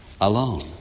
alone